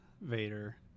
Vader